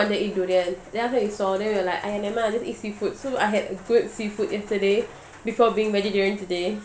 oh yesterday we wanted to eat durian then after that we saw then we were like !aiya! never mind lah just eat seafood so I had a good seafood yesterday before being vegetarian today